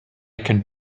can